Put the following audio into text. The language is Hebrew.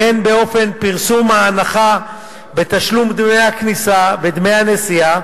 והן באופן פרסום ההנחה בתשלום דמי הכניסה ודמי הנסיעה